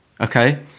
okay